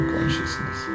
Consciousness